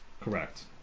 Correct